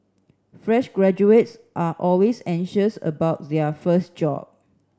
fresh graduates are always anxious about their first job